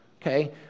okay